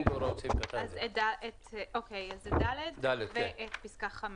אני אקריא את (ד) ואת פסקה (5):